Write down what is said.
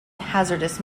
hazardous